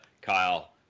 Kyle